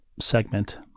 segment